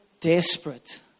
desperate